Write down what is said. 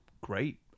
great